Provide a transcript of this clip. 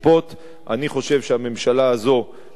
אני חושב שהממשלה הזאת היא אחת הממשלות